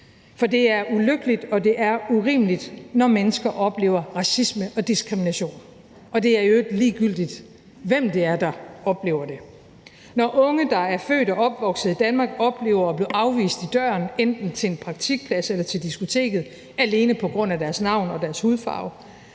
For det er ulykkeligt, og det er urimeligt, når mennesker oplever racisme og diskrimination – og det er i øvrigt ligegyldigt, hvem det er, der oplever det – når unge, der er født og opvokset i Danmark, oplever at blive afvist i døren enten til en praktikplads eller til et diskotek alene på grund af deres navn og hudfarve;